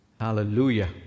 Hallelujah